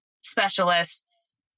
specialists